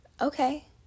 Okay